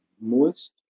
moist